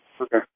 Okay